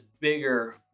bigger